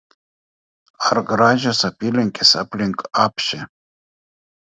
ar gražios apylinkės aplink apšę